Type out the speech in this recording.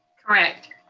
correct.